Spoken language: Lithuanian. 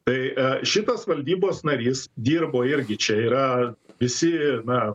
tai a šitas valdybos narys dirbo irgi čia yra visi na